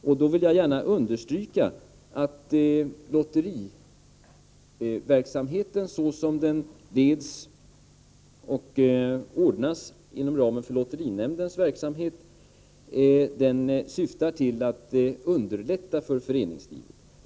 Jag vill gärna understryka att lotteriverksamheten, såsom den leds och ordnas inom ramen för lotterinämndens verksamhet, syftar till att underlätta för föreningslivet.